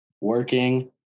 working